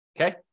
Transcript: Okay